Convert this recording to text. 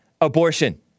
abortion